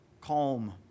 calm